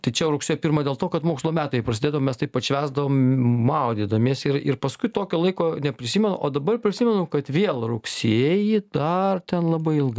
tai čia jau rugsėjo pirmą dėl to kad mokslo metai prasideda mes taip pat atšvęsdavom maudydamiesi ir ir paskui tokio laiko neprisimenu o dabar prisimenu kad vėl rugsėjį dar ten labai ilgai